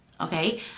okay